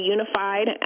Unified